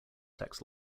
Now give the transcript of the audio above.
tax